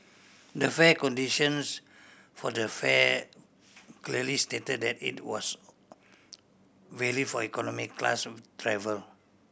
the fare conditions for the fare clearly stated that it was valid for economy class travel